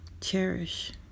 cherish